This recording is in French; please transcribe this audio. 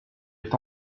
est